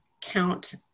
count